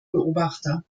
beobachter